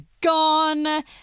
gone